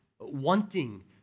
wanting